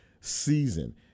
season